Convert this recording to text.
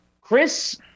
Chris